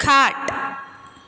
खाट